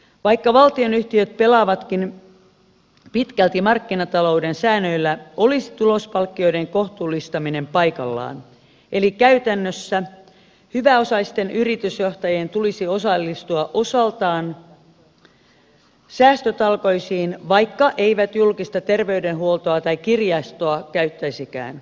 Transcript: vaikka valtionyhtiöt pelaavatkin pitkälti markkinatalouden säännöillä olisi tulospalkkioiden kohtuullistaminen paikallaan eli käytännössä hyväosaisten yritysjohtajien tulisi osallistua osaltaan säästötalkoisiin vaikka eivät julkista terveydenhuoltoa tai kirjastoa käyttäisikään